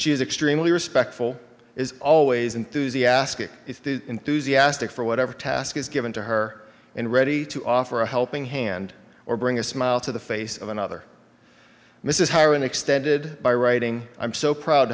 is extremely respectful is always enthusiastic enthusiastic for whatever task is given to her and ready to offer a helping hand or bring a smile to the face of another this is how an extended by writing i'm so proud